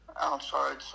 outside